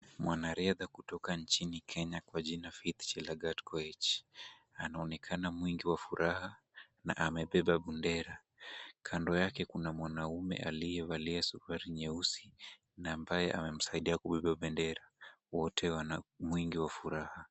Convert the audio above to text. Mwanariadha kutoka nchini Kenya kwa jina Faith Chelagat Koech anaonekana mwingi wa furaha na amebeba bendera. Kando yake kuna mwanaume aliyevalia suruali nyeusi na ambaye amemsaidia kubeba bendera. Wote wana wingi wa furaha.